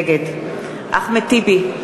נגד אחמד טיבי,